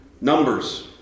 Numbers